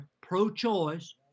pro-choice